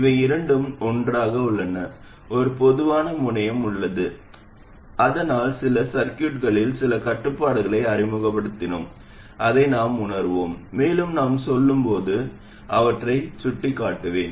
இவை இரண்டும் ஒன்றாக உள்ளன ஒரு பொதுவான முனையம் உள்ளது அதனால் சில சர்கியூட்களில் சில கட்டுப்பாடுகளை அறிமுகப்படுத்தினோம் அதை நாம் உணருவோம் மேலும் நாம் செல்லும்போது அவற்றைச் சுட்டிக்காட்டுவேன்